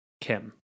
Kim